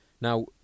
Now